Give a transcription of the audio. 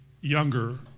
younger